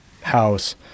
house